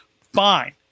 Fine